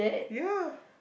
ya